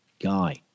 Guy